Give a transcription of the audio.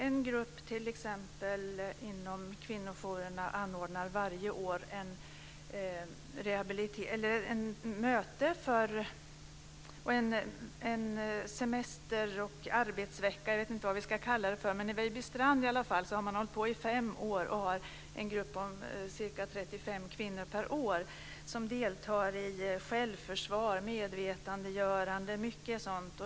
En grupp inom kvinnojourerna t.ex. anordnar varje år ett möte - en semester och arbetsvecka; jag vet inte riktigt vad jag ska kalla det för. I Vejbystrand har man hållit på i fem år. En grupp om ca 35 kvinnor per år deltar i självförsvar, medvetandegörande och mycket sådant.